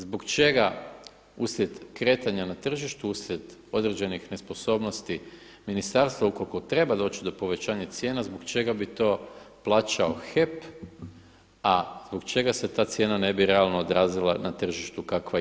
Zbog čega uslijed kretanja na tržištu, uslijed određenih nesposobnosti ministarstva ukoliko treba doći do povećanja cijena, zbog čega bi to plaćao HEP, a zbog čega se ta cijena ne bi realno odrazila na tržištu kakva je?